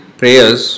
prayers